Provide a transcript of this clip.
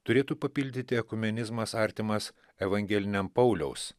turėtų papildyti ekumenizmas artimas evangeliniam pauliaus